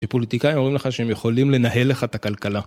פוליטיקאים אומרים לך שהם יכולים לנהל לך את הכלכלה.